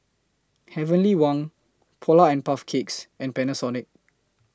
Heavenly Wang Polar and Puff Cakes and Panasonic